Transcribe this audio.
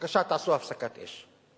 בבקשה תעשו הפסקת אש.